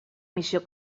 missió